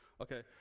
Okay